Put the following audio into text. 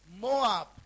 Moab